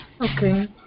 Okay